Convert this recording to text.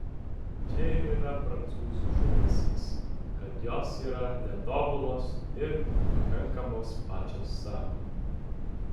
čia ir yra prancūzių žavesys kad jos yra netobulos ir pakankamos pačios sau